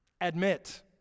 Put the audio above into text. admit